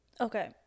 Okay